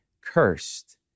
cursed